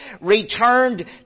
returned